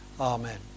Amen